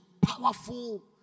powerful